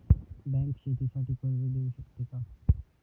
Bank शेतीसाठी कर्ज देऊ शकते का?